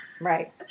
right